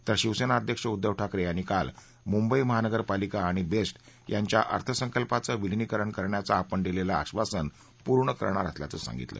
तर शिवसेना अध्यक्ष उद्वव ठाकरे यांनी काल मुंबई महानगरपालिका आणि बेस्ट यांच्या अर्थसंकल्पाचं विलिनीकरण करण्याचं आपण दिलेलं आबासन पूर्ण करणार असल्याचं सांगितलं